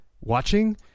watching